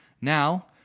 Now